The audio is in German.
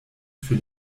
für